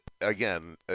again